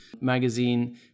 magazine